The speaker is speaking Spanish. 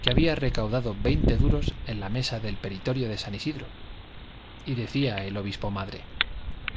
que había recaudado veinte duros en la mesa de petitorio de san isidro y decía el obispo madre